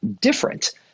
different